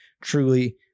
truly